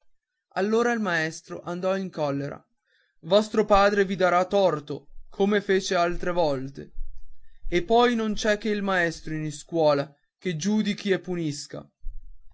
allora il maestro andò in collera vostro padre vi darà torto come fece altre volte e poi non c'è che il maestro in iscuola che giudichi e punisca